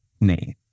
name